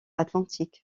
atlantique